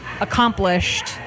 accomplished